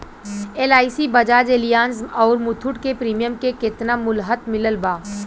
LIC Bajaj Allianz आउर मुथूट के premium के केतना मुहलत मिलल बा?